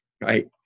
Right